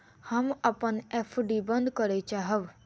हम अपन एफ.डी बंद करय चाहब